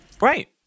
Right